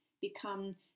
become